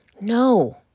No